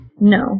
No